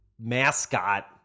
mascot